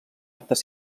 actes